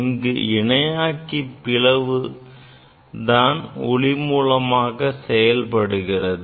இங்கு இணையாக்கி பிளவுதான் ஒளி மூலமாக செயல்படுகிறது